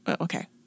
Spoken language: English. okay